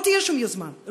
לא תהיה שום יוזמה,